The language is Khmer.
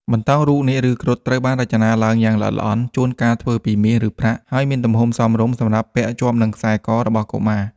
បន្តោងរូបនាគ ឬគ្រុឌ ត្រូវបានរចនាឡើងយ៉ាងល្អិតល្អន់ ជួនកាលធ្វើពីមាស ឬប្រាក់ ហើយមានទំហំសមរម្យសម្រាប់ពាក់ជាប់នឹងខ្សែករបស់កុមារ។